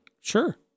Sure